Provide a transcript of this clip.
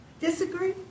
Disagree